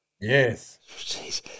Yes